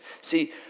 See